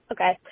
Okay